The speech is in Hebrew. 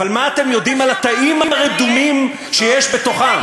אבל מה אתם יודעים על התאים הרדומים שיש בתוכם?